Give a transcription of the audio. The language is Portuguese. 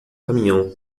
caminhão